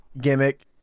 gimmick